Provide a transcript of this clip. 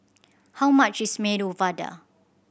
how much is Medu Vada